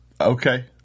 Okay